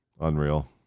Unreal